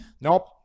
Nope